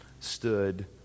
stood